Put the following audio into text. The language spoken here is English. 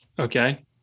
Okay